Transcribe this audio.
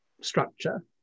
structure